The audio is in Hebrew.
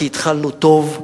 כי התחלנו טוב,